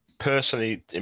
Personally